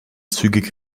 zügig